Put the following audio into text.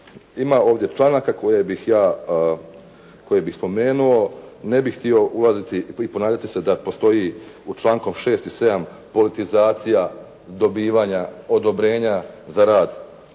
ima ovdje članaka koje bih ja, koje bih spomenuo, ne bih htio ulaziti i ponavljati se da postoji u člankom 6. i 7. politizacija dobivanja odobrenja za rad